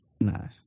No